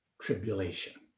tribulation